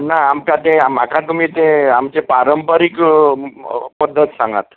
ना आमकां तें म्हाका तुमी तें आमचें पारंपारीक पद्धत सांगात